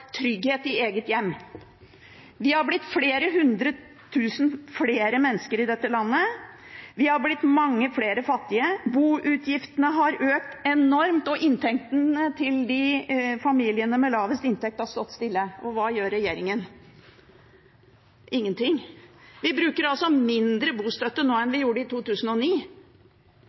trygghet i eget hjem. Vi har blitt mange hundre tusen flere mennesker i dette landet, vi har blitt mange flere fattige, boutgiftene har økt enormt, og inntektene til familiene med lavest inntekt har stått stille. Og hva gjør regjeringen? Ingenting. Vi bruker altså mindre til bostøtte nå enn vi gjorde i 2009.